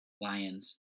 Lions